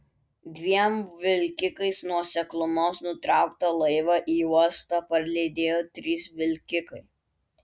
dviem vilkikais nuo seklumos nutrauktą laivą į uostą parlydėjo trys vilkikai